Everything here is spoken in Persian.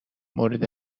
مورد